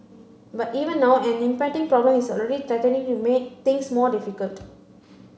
but even now an impending problem is already threatening to make things more difficult